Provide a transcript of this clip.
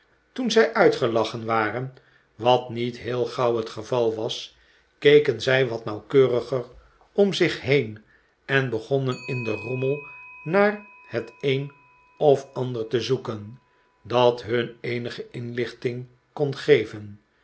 toen zij uitgelachen waren wat niet heel gauw het geval was keken zij wat nauwkeuriger om zich heen en begonnert in den rommel naar het een of ander te zoeken dat hun eenige inlichting kon geven